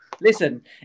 Listen